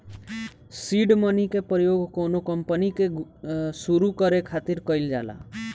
seed money के प्रयोग कौनो कंपनी के सुरु करे खातिर कईल जाला